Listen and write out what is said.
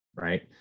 Right